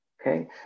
okay